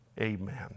amen